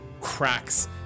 cracks